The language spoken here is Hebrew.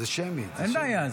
אין בעיה.